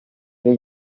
del